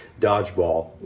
dodgeball